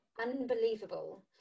unbelievable